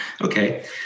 Okay